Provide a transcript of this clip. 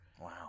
Wow